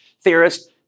theorist